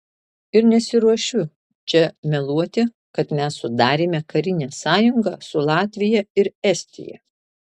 ir nesiruošiu čia meluoti kad mes sudarėme karinę sąjungą su latvija ir estija